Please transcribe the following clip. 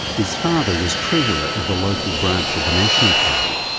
his father was treasurer of the local branch of the national party.